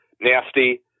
nasty